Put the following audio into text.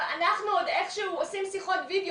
אנחנו יכולים להכיר בכל צורות המשפחה,